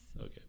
Okay